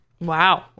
Wow